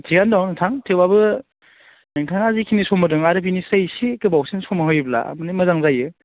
थिगानो दं नोंथां थेवब्लाबो नोंथाङा बेखिनि सम होदों आरो बेनिफ्राय एसे गोबावसिन सम होयोब्ला मोजां जायो